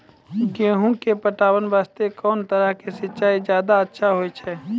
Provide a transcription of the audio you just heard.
गेहूँ के पटवन वास्ते कोंन तरह के सिंचाई ज्यादा अच्छा होय छै?